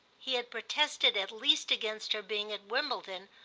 he had protested at least against her being at wimbledon,